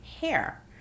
hair